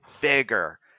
bigger